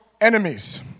enemies